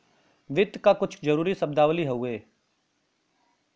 वित्त क कुछ जरूरी शब्दावली हउवे